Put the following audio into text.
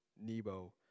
Nebo